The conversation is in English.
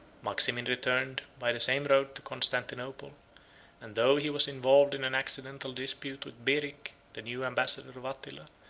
maximin returned, by the same road, to constantinople and though he was involved in an accidental dispute with beric, the new ambassador of attila,